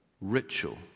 Ritual